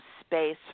space